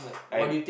I